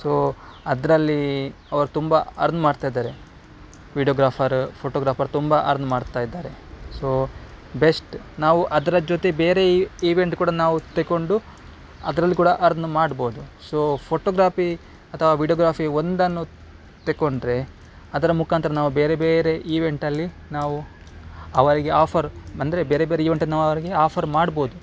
so ಅದರಲ್ಲಿ ಅವ್ರು ತುಂಬ ಅರ್ನ್ ಮಾಡ್ತಾ ಇದ್ದಾರೆ ವಿಡಿಯೋಗ್ರಾಫರ್ ಫೋಟೋಗ್ರಾಫರ್ ತುಂಬ ಅರ್ನ್ ಮಾಡ್ತಾ ಇದ್ದಾರೆ ಸೊ ಬೆಸ್ಟ್ ನಾವು ಅದರ ಜೊತೆ ಬೇರೆ ಈವೆಂಟ್ ಕೂಡ ನಾವು ತಕೊಂಡು ಅದ್ರಲ್ಲಿ ಕೂಡ ಅರ್ನ್ ಮಾಡ್ಬೋದು ಸೊ ಫೋಟೋಗ್ರಾಫಿ ಅಥವಾ ವೀಡಿಯೋಗ್ರಾಫಿ ಒಂದನ್ನು ತಕೊಂಡ್ರೆ ಅದರ ಮುಖಾಂತರ ನಾವು ಬೇರೆ ಬೇರೆ ಈವೆಂಟಲ್ಲಿ ನಾವು ಅವರಿಗೆ ಆಫರ್ ಬಂದರೆ ಬೇರೆ ಬೇರೆ ಈವೆಂಟನ್ನು ನಾವು ಅವರಿಗೆ ಆಫರ್ ಮಾಡ್ಬೋದು